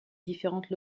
différentes